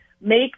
make